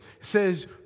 says